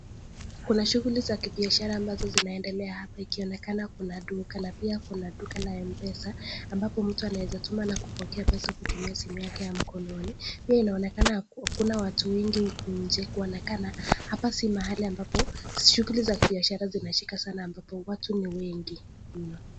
Kuna shughuli za kibiashara ambazo zinaendelea hapa ikionekana kuna duka na pia kuna duka la M-PESA ambapo mtu anaeza tuma na kupokea pesa kutumia simu yake ya mkononi, hii inaonekana hakuna watu wengi huku nje, kuonekana hapa si mahali ambapo shughuli za kibiashara zinashika sana ambapo watu ni wengi.